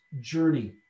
journey